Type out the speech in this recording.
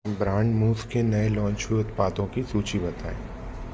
brand मूज़ के नए लॉन्च हुए उत्पादों की सूचि बनाएँ